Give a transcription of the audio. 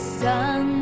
sun